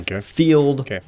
field